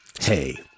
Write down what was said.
Hey